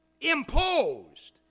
Imposed